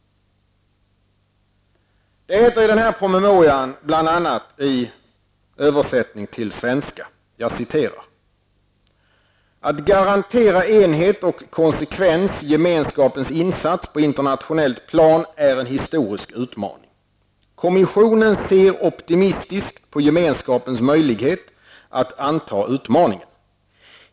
Det heter i denna promemoria bl.a., i översättning till svenska: ''Att garantera enhet och konsekvens i Gemenskapens insats på internationellt plan är en historisk utmaning. Kommissionen ser optimistiskt på Gemenskapens möjlighet att anta utmaningen.